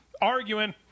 arguing